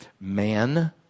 man